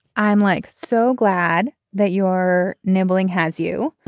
i'm like so glad that you are nibbling has you.